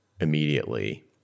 immediately